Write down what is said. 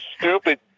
stupid